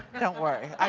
don't worry,